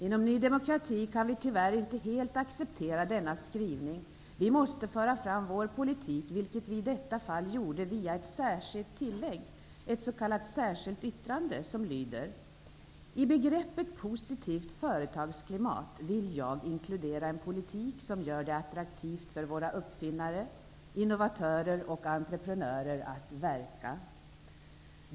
Inom Ny demokrati kan vi tyvärr inte helt acceptera denna skrivning. Vi måste föra fram vår politik, vilket vi i detta fall gjorde via ett särskilt tillägg, ett s.k. särskilt yttrande som lyder: ''I begreppet positivt företagsklimat vill jag inkludera en politik som gör det attraktivt för svenska uppfinnare, innovatörer och entreprenörer att verka.